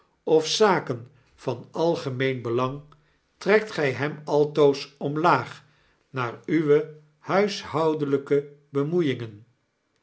of zaken van algemeen belang trekt gij hem altoos omlaag naar uwe huishoudelyke bemoeiingen